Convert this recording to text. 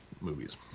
movies